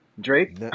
Drake